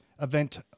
event